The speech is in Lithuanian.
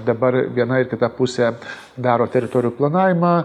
dabar viena ir kita pusė daro teritorijų planavimą